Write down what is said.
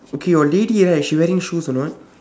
okay your lady right she wearing shoes or not